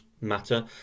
matter